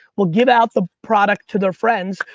will get out the product to their friends,